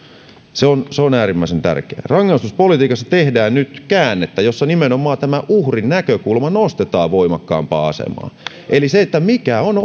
se on se on äärimmäisen tärkeää rangaistuspolitiikassa tehdään nyt käännettä jossa nimenomaan uhrin näkökulma nostetaan voimakkaampaan asemaan eli se mikä on